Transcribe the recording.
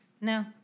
No